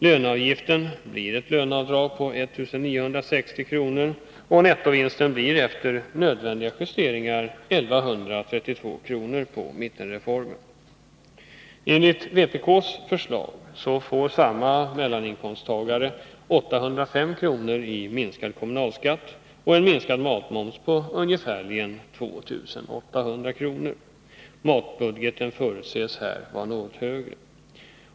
Löneavgiften blir ett löneavdrag på 1960 kr. Hans nettovinst blir efter nödvändiga justeringar 1132 kr. på mittenreformen. Enligt vpk:s förslag får samma mellaninkomsttagare 805 kr. i minskad kommunalskatt och en minskad matmoms på ca 2 800 kr. Hans matbudget förutses vara något högre.